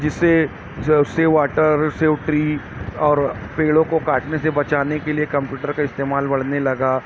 جس سے جیسے واٹر سیو ٹری اور پیڑوں کو کاٹنے سے بچانے کے لیے کمپیوٹر کا استعمال بڑھنے لگا